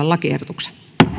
lakiehdotuksesta